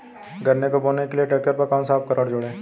गन्ने को बोने के लिये ट्रैक्टर पर कौन सा उपकरण जोड़ें?